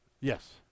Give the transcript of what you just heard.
Yes